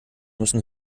müssen